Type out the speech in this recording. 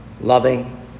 loving